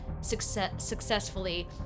successfully